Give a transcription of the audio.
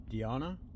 Diana